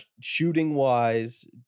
Shooting-wise